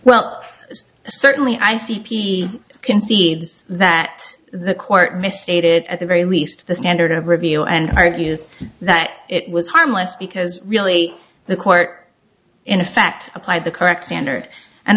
well certainly i c p concedes that the court misstated at the very least the standard of review and argues that it was harmless because really the court in effect applied the correct standard and